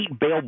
bail